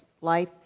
life